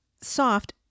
soft